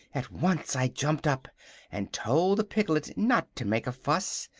at once i jumped up and told the piglet not to make a fuss,